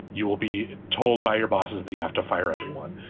you will be told by your bosses that you have to fire everyone.